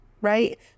right